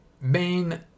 Main